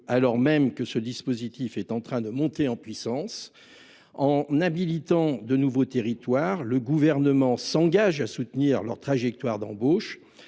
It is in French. alors même que ce dispositif est en train de monter en puissance ? En habilitant de nouveaux territoires, le Gouvernement s’engage à soutenir leur trajectoire d’embauche.